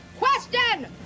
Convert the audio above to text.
question